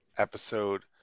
Episode